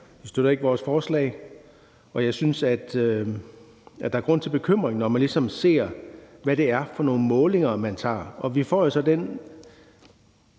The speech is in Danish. De støtter så ikke vores forslag, og jeg synes, at der er grund til bekymring, når vi ligesom ser på, hvad det er for nogle målinger, man tager, og vi får jo bagefter